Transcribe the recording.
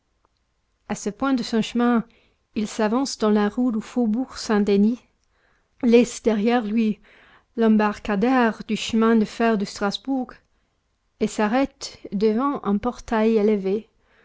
a ce point de son chemin il s'avance dans la rue du faubourg-saint-denis laisse derrière lui l'embarcadère du chemin de fer de strasbourg et s'arrête devant un portail élevé